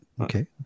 okay